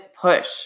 push